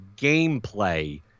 gameplay